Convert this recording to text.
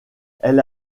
elle